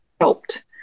Helped